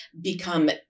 become